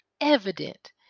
evident